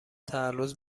تعرض